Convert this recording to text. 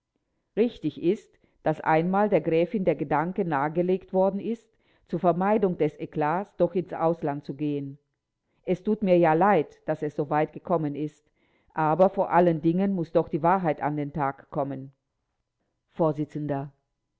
richtig ist daß einmal der gräfin der gedanke nahegelegt worden ist zur vermeidung des eklats doch ins ausland zu gehen es tut mir ja leid daß es soweit gekommen ist aber vor allen dingen muß doch die wahrheit an den tag kommen